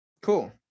Cool